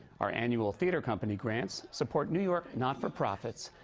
our annual theater company grants support new york not-for-profits,